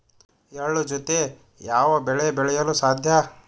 ಎಳ್ಳು ಜೂತೆ ಯಾವ ಬೆಳೆ ಬೆಳೆಯಲು ಸಾಧ್ಯ?